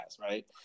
right